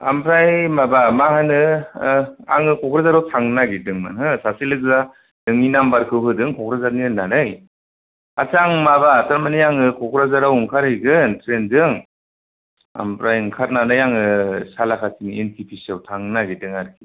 ओमफ्राय माबा मा होनो आङो क'क्राझाराव थांनो नागिरदोंमोन हो सासे लोगोआ नोंनि नाम्बारखौ होदों क'क्राझारनि होननानै आस्सा आं माबा थारमाने आं क'क्राझाराव ओंखार हैगोन ट्रैनजों ओमफ्राय ओंखारनानै आङो सालाखाथिनि एन टि पि सि आव थांनो नागिरदों आरोखि